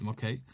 Okay